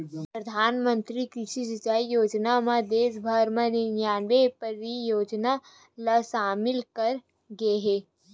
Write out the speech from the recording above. परधानमंतरी कृषि सिंचई योजना म देस भर म निनानबे परियोजना ल सामिल करे गे हे